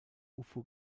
ufo